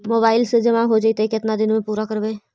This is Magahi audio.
मोबाईल से जामा हो जैतय, केतना दिन में पुरा करबैय?